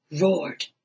roared